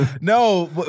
No